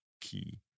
key